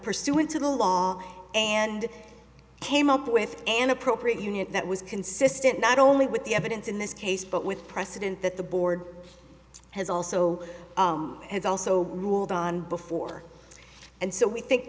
pursuant to the law and came up with an appropriate unit that was consistent not only with the evidence in this case but with precedent that the board has also has also ruled on before and so we think